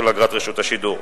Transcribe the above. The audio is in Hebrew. של אגרת רשות השידור.